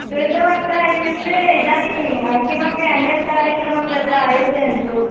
कृतवन्तः इत्युक्ते इदानीं किमपि अन्यत् कार्यक्रमः तत्र आयोजयन्तु